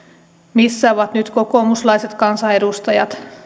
missä ovat nyt kokoomuslaiset kansanedustajat